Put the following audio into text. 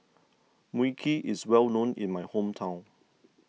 Mui Kee is well known in my hometown